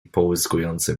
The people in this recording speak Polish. połyskujące